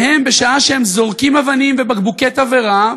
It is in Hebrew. בשעה שהם זורקים אבנים ובקבוקי תבערה,